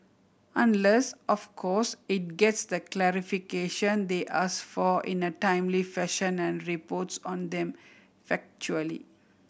unless of course it gets the clarification they ask for in a timely fashion and reports on them factually